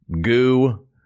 goo